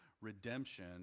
redemption